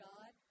God